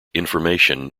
information